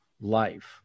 life